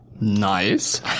Nice